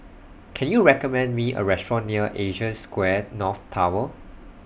Can YOU recommend Me A Restaurant near Asia Square North Tower